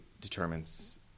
determines